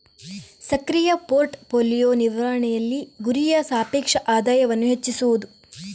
ಸಕ್ರಿಯ portfolio ನಿರ್ವಹಣೆಯಲ್ಲಿ, ಗುರಿಯು ಸಾಪೇಕ್ಷ ಆದಾಯವನ್ನು ಹೆಚ್ಚಿಸುವುದು